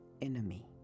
enemy